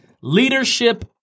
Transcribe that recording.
Leadership